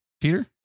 Peter